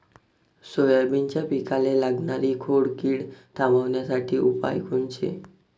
सोयाबीनच्या पिकाले लागनारी खोड किड थांबवासाठी उपाय कोनचे?